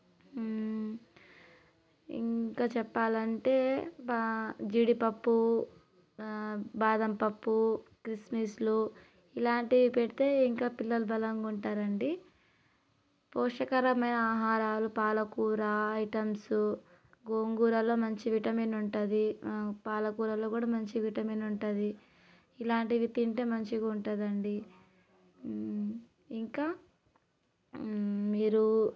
ఇంకా చెప్పాలంటే బా జీడిపప్పు బాదంపప్పు కిస్మిస్లు ఇలాంటివి పెడితే ఇంకా పిల్లలు బలంగా ఉంటారు అండి పోషకరమైన ఆహారాలు పాలకూర ఐటమ్స్ గోంగూరలో మంచి విటమిన్ ఉంటుంది పాలకూరల్లో కూడా మంచి విటమిన్ ఉంటుంది ఇలాంటివి తింటే మంచిగా ఉంటుంది అండి ఇంకా మీరు